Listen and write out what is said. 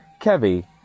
Kevi